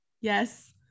Yes